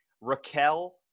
Raquel